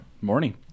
morning